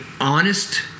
honest